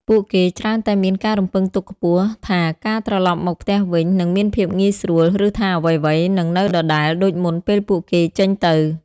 ពួកគេច្រើនតែមានការរំពឹងទុកខ្ពស់ថាការត្រឡប់មកផ្ទះវិញនឹងមានភាពងាយស្រួល ឬថាអ្វីៗនឹងនៅដដែលដូចមុនពេលពួកគេចេញទៅ។